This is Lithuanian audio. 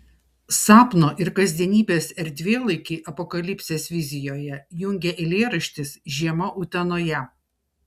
sapno ir kasdienybės erdvėlaikį apokalipsės vizijoje jungia eilėraštis žiema utenoje